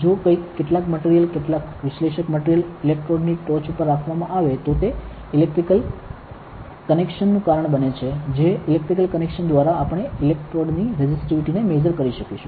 જો કઈક કેટલાક મટિરિયલ કેટલાક વિશ્લેષક મટિરિયલ ઇલેક્ટ્રોડની ટોચ ઉપર રાખવામાં આવે તો તે ઇલેક્ટ્રિકલ કનેક્શન નું કારણ બને છે જે ઇલેક્ટ્રિકલ કનેક્શન દ્વારા આપણે ઇલેક્ટ્રોડની રેઝિસ્ટીવીટી ને મેઝર કરી શકીશું